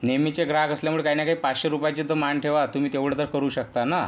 नेहमीचे ग्राहक असल्यामुळे काही ना काही पाचशे रुपयांचे तर मान ठेवा तुम्ही तेवढे तर करू शकता ना